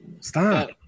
Stop